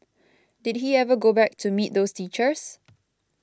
did he ever go back to meet those teachers